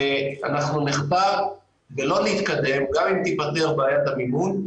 אנחנו לא נתקדם גם אם תיפתר בעיית המימון,